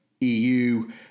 EU